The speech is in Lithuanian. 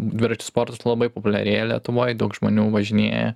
dviračių sportas labai populiarėja lietuvoj daug žmonių važinėja